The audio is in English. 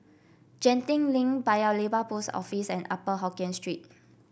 Genting Link Paya Lebar Post Office and Upper Hokkien Street